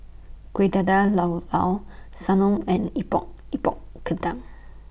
Kueh Dadar Llao Llao Sanum and Epok Epok Kentang